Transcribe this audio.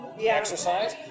exercise